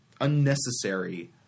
unnecessary